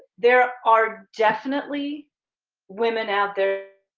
there are definitely women out there